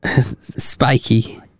spiky